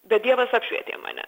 bet dievas apšvietė mane